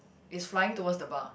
is flying towards the bar